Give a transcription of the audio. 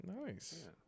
nice